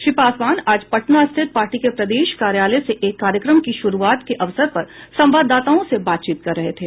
श्री पासवान आज पटना स्थित पार्टी के प्रदेश कार्यालय से एक कार्यक्रम की शुरूआत के अवसर पर संवाददाताओं से बातचीत कर रहे थे